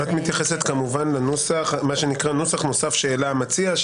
את כמובן מתייחסת לנוסח שנקרא נוסח נוסף שהעלה המציע,